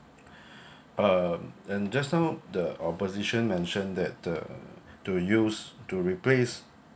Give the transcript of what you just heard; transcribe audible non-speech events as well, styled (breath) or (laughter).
(breath) um and just now the opposition mentioned that the to use to replace